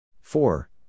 Four